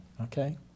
Okay